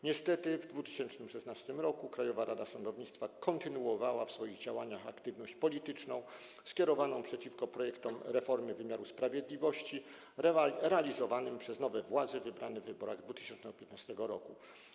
Niestety, w 2016 r. Krajowa Rada Sądownictwa kontynuowała w swoich działaniach aktywność polityczną skierowaną przeciwko projektom reformy wymiaru sprawiedliwości realizowanym przez nowe władze wybrane w wyborach w 2015 r.